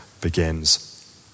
begins